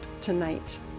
tonight